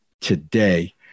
today